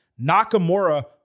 Nakamura